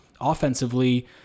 offensively